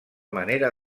manera